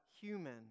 human